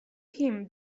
him